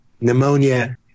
Pneumonia